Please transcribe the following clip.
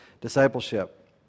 discipleship